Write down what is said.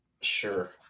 Sure